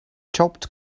chopped